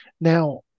Now